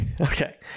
okay